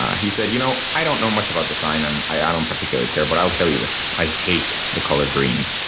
he said, you know, i don't know much about design, and i ah don't particularly care. but i'll tell you this. i hate the color green.